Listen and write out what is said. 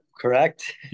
correct